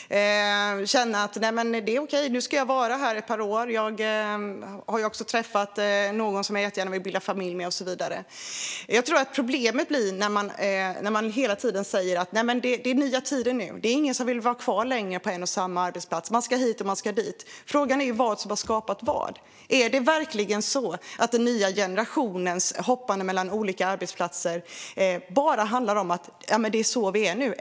Det handlar om att man kan känna sig trygg och veta att man ska vara på samma arbetsplats i ett par år, och man kanske också har träffat någon som man gärna vill bilda familj med och så vidare. Problemet är att man hela tiden säger att det är nya tider nu. Ingen vill vara kvar länge på en och samma arbetsplats. Man ska hit och man ska dit. Frågan är vad som har skapat vad. Handlar verkligen den nya generationens hoppande mellan olika arbetsplatser bara om att det är så det är numera?